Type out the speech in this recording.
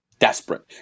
Desperate